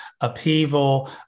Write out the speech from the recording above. upheaval